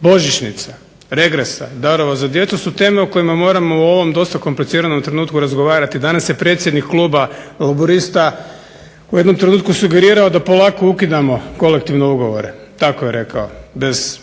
božićnica, regresa, darova za djecu su teme o kojima moramo u ovom dosta kompliciranom trenutku razgovarati. Danas je predsjednik kluba laburista u jednom trenutku sugerirao da polako ukidamo kolektivne ugovore, tako je rekao bez.